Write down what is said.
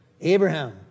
Abraham